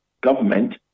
government